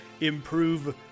improve